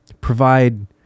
provide